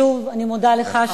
שוב אני מודה לך.